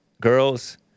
girls